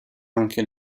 anche